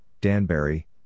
Danbury